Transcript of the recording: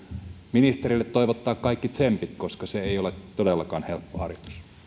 ministeriölle toivottaa kaikki tsempit koska se ei ole todellakaan helppo